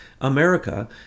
america